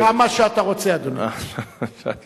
אחמד